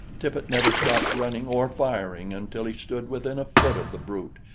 tippet never stopped running or firing until he stood within a foot of the brute,